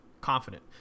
confident